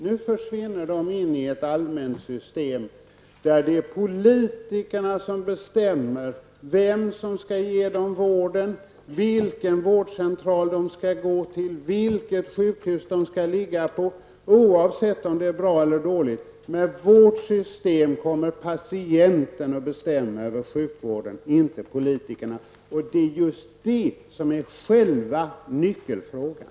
Nu försvinner dessa in i ett allmänt system, där det är politikerna som bestämmer vem som skall ge vården, vilken vårdcentral de skall gå till och vilket sjukhus de skall ligga på, oavsett om det är bra eller dåligt. Med vårt system kommer patienten att bestämma över sjukvården, inte politikerna, och det är just det som är nyckelfrågan.